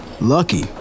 Lucky